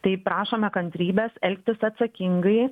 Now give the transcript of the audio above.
tai prašome kantrybės elgtis atsakingai